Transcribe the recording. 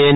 N